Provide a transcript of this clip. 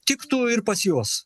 tiktų ir pas juos